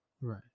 Right